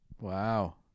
Wow